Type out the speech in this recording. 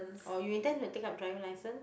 or you intend to take up driving licence